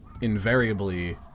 invariably